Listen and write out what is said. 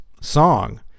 song